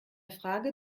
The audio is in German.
frage